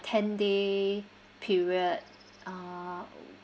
ten day period uh